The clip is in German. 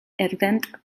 erwähnt